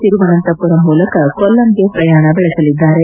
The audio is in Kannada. ತಿರುವನಂತಪುರಂ ಮೂಲಕ ಕೊಲ್ಲಂಗೆ ಪ್ರಯಾಣ ಬೆಳೆಸಲಿದ್ದಾರೆ